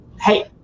hey